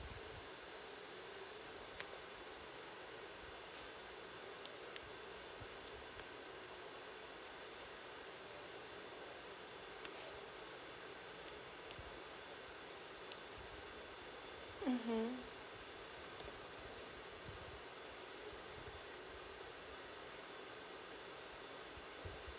mmhmm